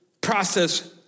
process